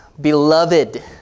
Beloved